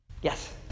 Yes